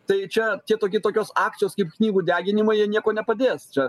tai čia tie tokie tokios akcijos kaip knygų deginimai jie nieko nepadės čia